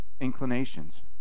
inclinations